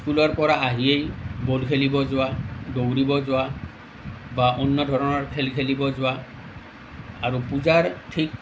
স্কুলৰ পৰা আহিয়েই বল খেলিব যোৱা দৌৰিব যোৱা বা অন্য ধৰণৰ খেল খেলিব যোৱা আৰু পূজাৰ ঠিক